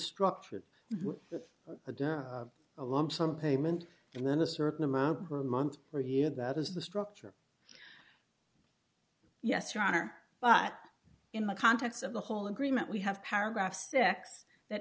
structured with a done a lump sum payment and then a certain amount per month per year that is the structure yes your honor but in the context of the whole agreement we have paragraphs x that